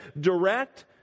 direct